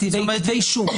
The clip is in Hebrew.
כתבי אישום.